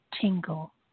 tingle